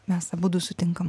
mes abudu sutinkam